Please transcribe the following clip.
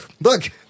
Look